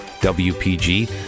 W-P-G